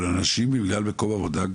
אבל אנשים בגלל מקום עבודה,